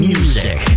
Music